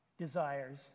desires